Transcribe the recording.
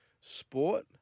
Sport